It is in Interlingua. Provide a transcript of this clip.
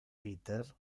peter